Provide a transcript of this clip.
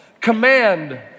Command